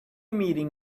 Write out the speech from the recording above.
meeting